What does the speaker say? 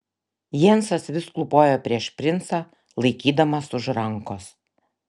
jensas vis klūpojo prieš princą laikydamas už rankos